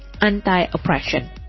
anti-oppression